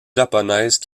japonaise